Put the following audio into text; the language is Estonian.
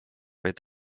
vaid